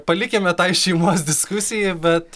palikime tai šeimos diskusijai bet